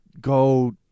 go